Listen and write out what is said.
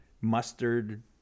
mustard